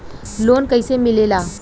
Loan कईसे मिलेला?